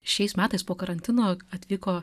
šiais metais po karantino atvyko